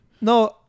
No